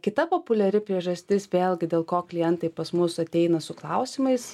kita populiari priežastis vėlgi dėl ko klientai pas mus ateina su klausimais